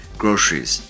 groceries